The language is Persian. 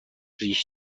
ریش